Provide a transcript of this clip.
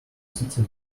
city